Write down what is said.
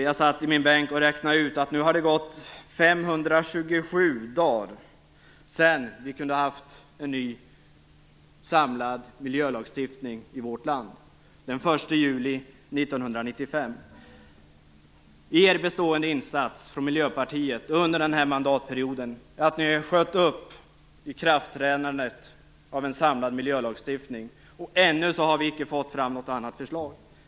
Jag satt i min bänk och räknade ut att det nu har gått 527 dagar sedan vi hade kunnat få en ny, samlad miljölagstiftning i vårt land, den 1 juli 1995. Miljöpartiet gjorde en bestående insats under denna mandatperiod, då de sköt upp ikraftträdandet av en samlad miljölagstiftning. Ännu har det icke kommit fram något annat förslag.